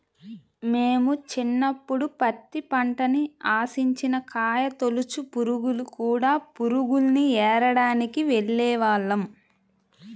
మేము చిన్నప్పుడు పత్తి పంటని ఆశించిన కాయతొలచు పురుగులు, కూడ పురుగుల్ని ఏరడానికి వెళ్ళేవాళ్ళం